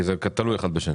כי זה תלוי אחד בשני,